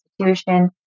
institution